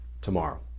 tomorrow